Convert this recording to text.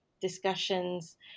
discussions